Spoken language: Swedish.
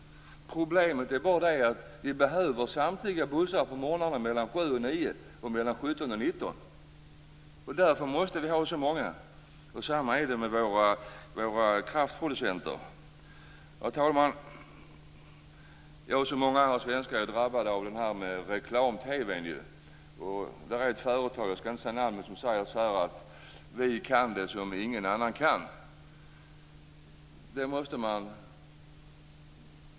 Problemet är bara att vi behöver samtliga bussar mellan klockan 7 och 9 på morgnarna och mellan klockan 17 och 19. Därför måste vi ha så många. Detsamma gäller våra kraftproducenter. Herr talman! Jag som så många andra svenskar är drabbade av reklam-TV. Det finns ett företag, jag skall inte säga vilket, som säger: Vi kan det som ingen annan kan.